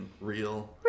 Real